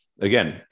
again